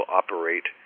operate